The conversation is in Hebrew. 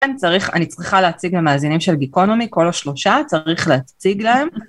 כן, אני צריכה להציג למאזינים של Geekonomy, כל השלושה, צריך להציג להם,